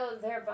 thereby